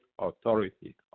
authority